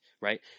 right